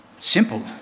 simple